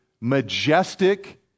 majestic